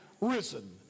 risen